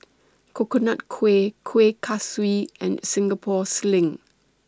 Coconut Kuih Kuih Kaswi and Singapore Sling